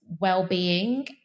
well-being